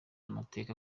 amateka